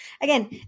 Again